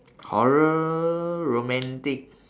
horror romantic